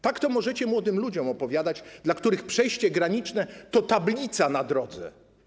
Tak to możecie młodym ludziom opowiadać, dla których przejście graniczne to tablica na drodze.